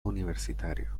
universitario